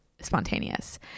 spontaneous